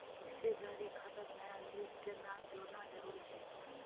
हिस्सेदारी खातात नया निवेशकेर नाम जोड़ना जरूरी छेक